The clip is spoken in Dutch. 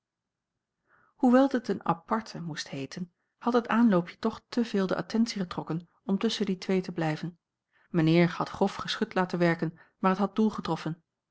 hoewel dit een aparte moest heeten had het aanloopje toch te veel de attentie getrokken om tusschen die twee te blijven mijnheer had grof geschut laten werken maar het had doel getroffen